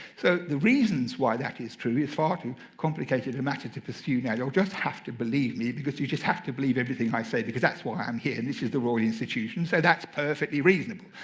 so the reasons why that is truly far too complicated a matter to pursue now. you'll just have to believe me, because you just have to believe everything i say because that's why i'm here and this is the royal institution, so that's perfectly reasonable.